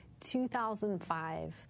2005